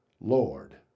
Lord